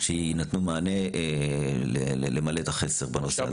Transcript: שייתנו מענה שימלא את החסר בנושא הזה.